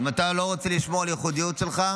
אם אתה לא רוצה לשמור על הייחודיות שלך,